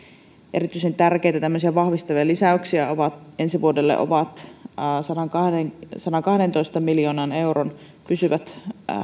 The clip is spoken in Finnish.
erityisen tärkeitä tämmöisiä vahvistavia lisäyksiä ensi vuodelle ovat sadankahdentoista miljoonan euron pysyvät